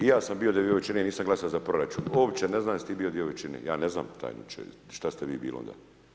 I ja sam bio dio većine, nisam glasovao za proračun, uopće ne znam jesi ti bio dio većine, ja ne znam tajniče šta ste vi bili onda.